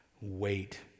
wait